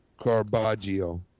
Carbaggio